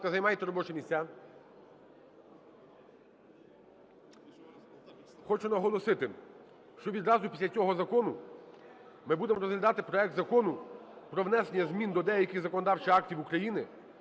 займайте робочі місця. Хочу наголосити, що відразу після цього закону ми будемо розглядати проект Закону про внесення змін до деяких законодавчих актів України